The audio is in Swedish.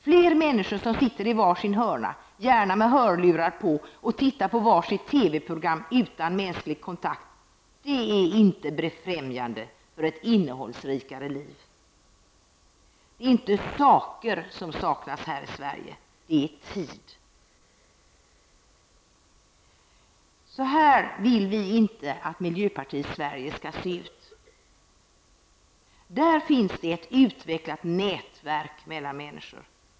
Fler människor som sitter i var sin hörna, gärna med hörlurar på, och tittar på var sitt TV-program utan mänsklig kontakt är inte någonting som befrämjar ett innehållsrikare liv. Det är inte saker som saknas här i Sverige -- det är tid. Så här vill vi inte att miljöpartiets Sverige skall se ut. Där finns det ett utvecklat nätverk mellan människor.